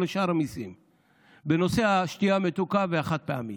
בנושא השתייה המתוקה והחד-פעמי,